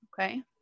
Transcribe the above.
Okay